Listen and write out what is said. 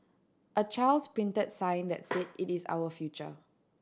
a child's printed sign that said it is our future